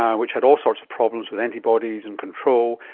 um which had all sorts of problems with antibodies and control,